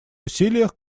усилиях